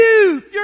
youth